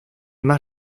más